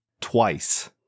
Twice